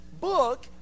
book